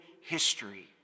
history